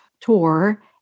tour